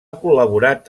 col·laborat